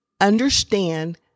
understand